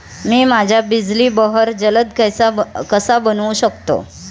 मी माझ्या बिजली बहर जलद कसा बनवू शकतो?